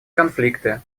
конфликты